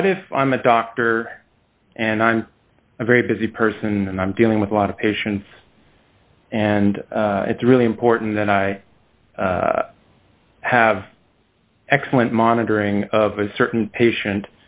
what if i'm a doctor and i'm a very busy person and i'm dealing with a lot of patients and it's really important that i have excellent monitoring of a certain patient